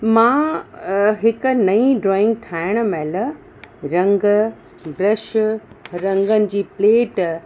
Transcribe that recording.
मां हिकु नईं ड्रॉइंग ठाहिण महिल रंग ब्रश रंगनि जी प्लेट